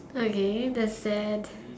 okay that's sad